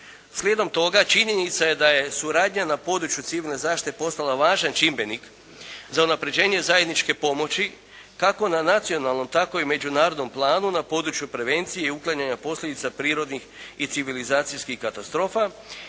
Slijedom toga činjenica je da je suradnja na području civilne zaštite postala važan čimbenik za unapređenje zajedničke pomoći kako na nacionalnom tako i međunarodnom planu na području prevencije i uklanjanja posljedica prirodnih i civilizacijskih katastrofa.